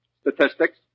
Statistics